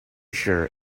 sure